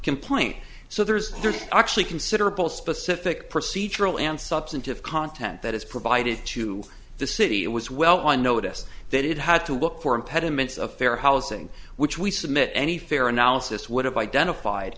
complaint so there's actually considerable specific procedural and substantive content that is provided to the city it was well on notice that it had to look for impediments of fair housing which we submit any fair analysis would have identified